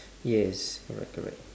yes correct correct